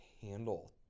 handle